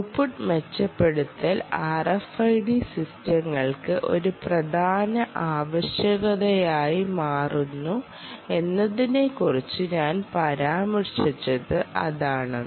throughput മെച്ചപ്പെടുത്തൽ RFID സിസ്റ്റങ്ങൾക്ക് ഒരു പ്രധാന ആവശ്യകതയായി മാറുന്നു എന്നതിനെക്കുറിച്ച് ഞാൻ പരാമർശിച്ചത് അതാണ്